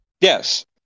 Yes